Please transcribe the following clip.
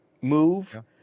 move